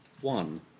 one